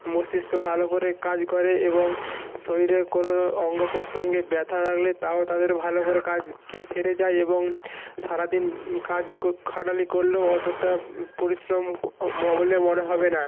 মস্তিষ্ক ভালো করে কাজ করে এবং শরীরে কোনো অঙ্গ প্রতঙ্গে ব্যথা থাকলে তাও তাদের ভালো করে কাজকে সেরে যায় এবং সারা দিন কাজ খাটালি করলেও অতোটা পরিশ্রম বলে মনে হবে না